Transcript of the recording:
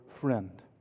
friend